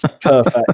perfect